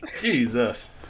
Jesus